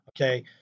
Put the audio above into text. okay